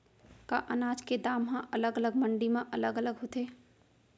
का अनाज के दाम हा अलग अलग मंडी म अलग अलग होथे?